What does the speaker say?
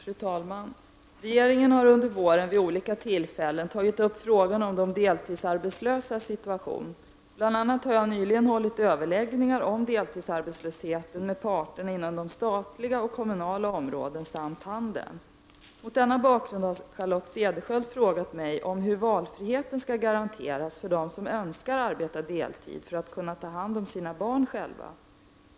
Fru talman! Regeringen har under våren, vid olika tillfällen, tagit upp frågan om de deltidsarbetslösas situation. Bl.a. har jag nyligen hållit överläggningar om deltidsarbetslösheten med parterna inom de statliga och kommunala områdena samt handeln. Mot denna bakgrund har Charlotte Cederschiöld frågat mig om hur valfriheten skall garanteras för dem som önskar arbeta deltid för att själva kunna ta hand om sina barn.